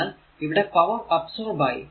അതിനാൽ ഇവിടെ power absorb ആയി